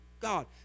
God